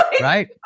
right